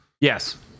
Yes